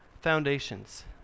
foundations